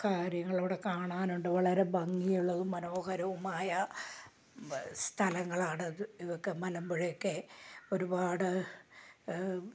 കാര്യങ്ങൾ അവിടെ കാണാനുണ്ട് വളരെ ഭംഗിയുള്ളതും മനോഹരവുമായ സ്ഥലങ്ങളാണ് അത് ഇതൊക്കെ മലമ്പുഴയൊക്കെ ഒരുപാട്